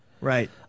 Right